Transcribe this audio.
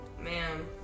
Man